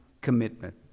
commitment